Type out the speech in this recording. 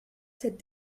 cette